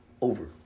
Over